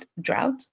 drought